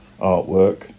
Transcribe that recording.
artwork